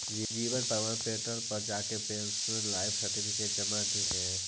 जीवन प्रमाण पोर्टल पर जाके पेंशनर लाइफ सर्टिफिकेट जमा दिहे